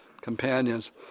companions